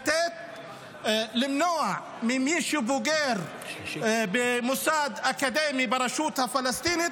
למנוע ממי שבוגר במוסד אקדמי ברשות הפלסטינית,